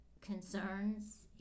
concerns